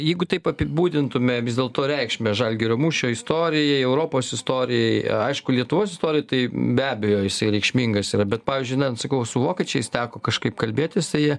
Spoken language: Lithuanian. jeigu taip apibūdintume vis dėlto reikšmę žalgirio mūšio istorijai europos istorijai aišku lietuvos istorijai tai be abejo jisai reikšmingas yra bet pavyzdžiui na sakau su vokiečiais teko kažkaip kalbėtis tai jie